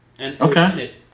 Okay